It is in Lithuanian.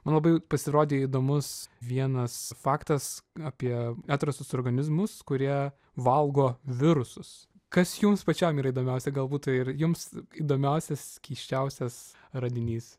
man labai pasirodė įdomus vienas faktas apie atrastus organizmus kurie valgo virusus kas jums pačiam yra įdomiausia galbūt tai ir jums įdomiausias keisčiausias radinys